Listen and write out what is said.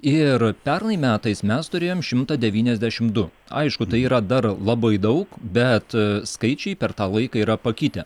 ir pernai metais mes turėjom šimtą devyniasdešim du aišku tai yra dar labai daug bet skaičiai per tą laiką yra pakitę